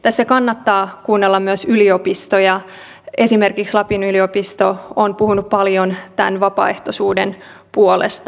tässä kannattaa kuunnella myös yliopistoja esimerkiksi lapin yliopisto on puhunut paljon tämän vapaaehtoisuuden puolesta